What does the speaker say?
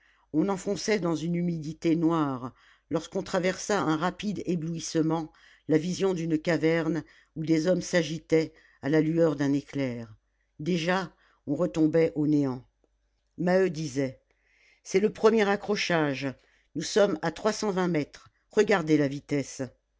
on enfonçait dans une humidité noire lorsqu'on traversa un rapide éblouissement la vision d'une caverne où des hommes s'agitaient à la lueur d'un éclair déjà on retombait au néant maheu disait c'est le premier accrochage nous sommes à trois cent vingt mètres regardez la vitesse